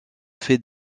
fait